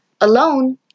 alone